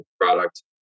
product